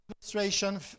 illustration